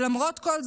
ולמרות כל זאת,